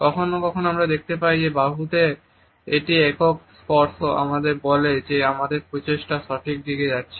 কখনও কখনও আমরা দেখতে পাই যে বাহুতে একটি একক স্পর্শ আমাদের বলে যে আমাদের প্রচেষ্টা সঠিক দিকে যাচ্ছে